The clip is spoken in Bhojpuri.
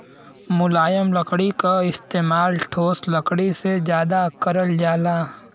मुलायम लकड़ी क इस्तेमाल ठोस लकड़ी से जादा करल जाला